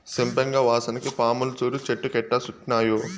సంపెంగ వాసనకి పాములు సూడు చెట్టు కెట్టా సుట్టినాయో